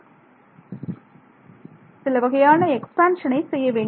மாணவர் சில வகையான எக்ஸ்பான்ஷனை செய்ய வேண்டும்